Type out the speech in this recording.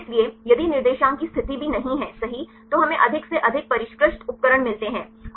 इसलिए यदि निर्देशांक की स्थिति भी नहीं है सही तो हमें अधिक से अधिक परिष्कृत उपकरण मिलते हैं